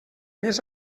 més